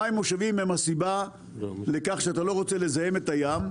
המים המושבים הם הסיבה לכך שאתה לא רוצה לזהם את הים,